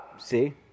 See